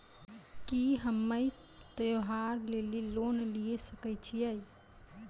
की हम्मय त्योहार लेली लोन लिये सकय छियै?